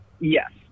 Yes